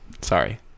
sorry